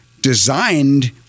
designed